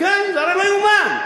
זה הרי לא יאומן.